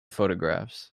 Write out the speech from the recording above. photographs